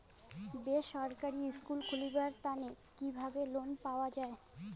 বেসরকারি স্কুল খুলিবার তানে কিভাবে লোন পাওয়া যায়?